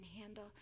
handle